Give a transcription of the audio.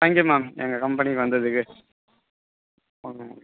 thank you ma'am எங்கள் கம்பெனிக்கு வந்ததுக்கு ஓகே மேம்